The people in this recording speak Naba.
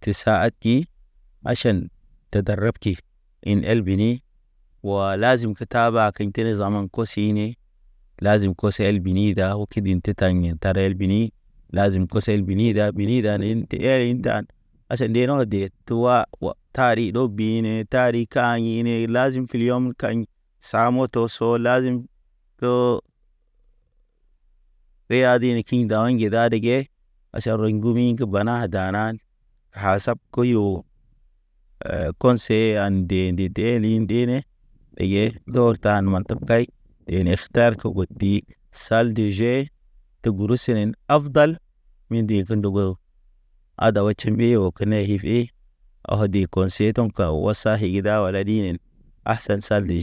Te sahati machen te darap ki. In el bini wa lazim ke taba keɲ. Key tene zaman kosi ne kos el bini da wokid in te ta yḛ tar el bini lazim kos el bini da bini da ne el ta e intan. Aʃan deno̰ de twa wa tari ɗew binen ta. Tari kaɲine lazim ful yom kaɲ. Sa moto so lazim reya dini kin da ŋge dade ke, aʃan rɔy ŋgumi ge bana danan, Hasan koyo, ko̰seye pe an nde- nde.